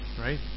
Right